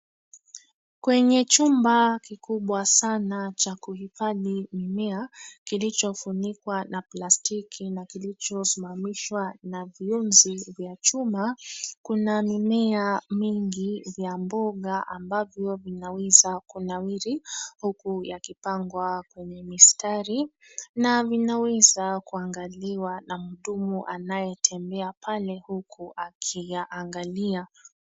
Kwenye chumba kikubwa sana cha kuhifadhi mimea kilichofunikwa na plastiki na na kilicho simamishwa na viunzi vya chuma, kuna mimea mingi vya mboga ambavyo vinaweza kunawiri huku yakipangwa kwenye mistari na vinaweza kuangaliwa na mhudumu anayetembea pale huku akiyaangalia.